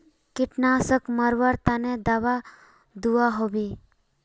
कीटनाशक मरवार तने दाबा दुआहोबे?